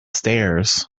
stairs